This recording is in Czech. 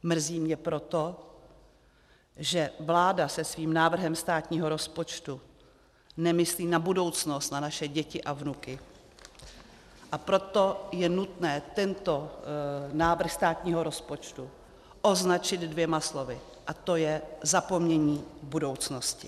Mrzí mě proto, že vláda se svým návrhem státního rozpočtu nemyslí na budoucnost, na naše děti a vnuky, a proto je nutné tento návrh státního rozpočtu označit dvěma slovy, a to je zapomnění budoucnosti.